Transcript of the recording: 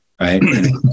Right